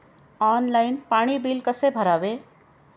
Online पाणी bill कसे भरावे?